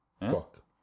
Fuck